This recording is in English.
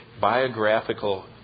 biographical